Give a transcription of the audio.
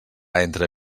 entre